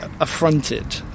affronted